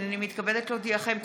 הינני מתכבדת להודיעכם,